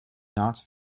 not